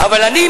אבל אני,